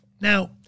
Now